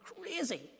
crazy